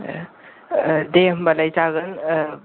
दे होनबालाय जागोन